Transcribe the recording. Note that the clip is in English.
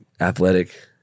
athletic